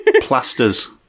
Plasters